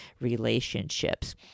relationships